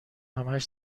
همش